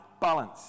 balance